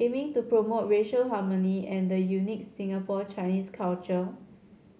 aiming to promote racial harmony and the unique Singapore Chinese culture